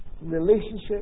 relationship